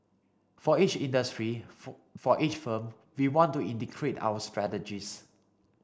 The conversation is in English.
for each industry for each firm we want to integrate our strategies